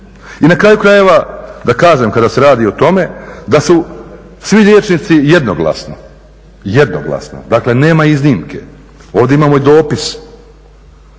I na kraju krajeva da kažem kada se radi o tome da su svi liječnici jednoglasno, dakle nema iznimke. Ovdje imamo i dopis,